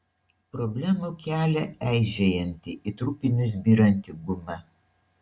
problemų kelia eižėjanti į trupinius byranti guma